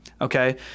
Okay